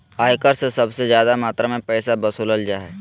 आय कर से सबसे ज्यादा मात्रा में पैसा वसूलल जा हइ